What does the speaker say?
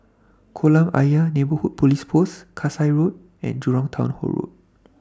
Kolam Ayer Neighbourhood Police Post Kasai Road and Jurong Town Hall Road